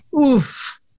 Oof